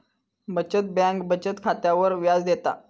बचत बँक बचत खात्यावर व्याज देता